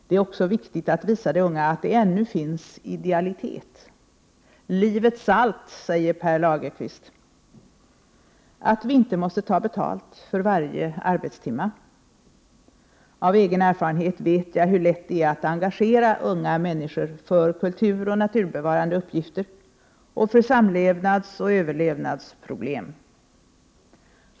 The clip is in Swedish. Det är också viktigt att visa de unga att det ännu finns idealitet, livets salt, säger Pär Lagerkvist, att vi inte måste ta betalt för varje arbetstimme. Av egen erfarenhet vet jag hur lätt det är att engagera unga människor för kulturoch naturbevarande uppgifter och för samlevnadsoch överlevnadsproblem.